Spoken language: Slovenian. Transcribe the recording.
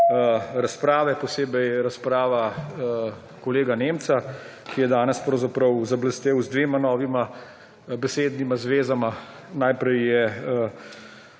razprave, posebej razprava kolega Nemca, ki je danes pravzaprav zablestel z dvema novima besednima zvezama. Najprej je